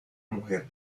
mujer